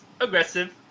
aggressive